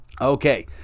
Okay